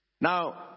Now